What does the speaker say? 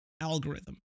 algorithm